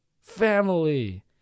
Family